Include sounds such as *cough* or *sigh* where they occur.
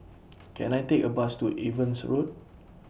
*noise* Can I Take A Bus to Evans Road *noise*